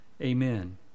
Amen